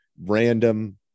random